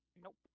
Nope